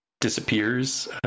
disappears